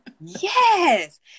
Yes